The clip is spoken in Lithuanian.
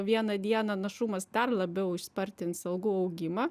vieną dieną našumas dar labiau išspartins algų augimą